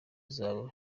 zabo